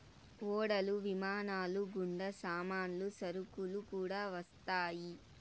ఓడలు విమానాలు గుండా సామాన్లు సరుకులు కూడా వస్తాయి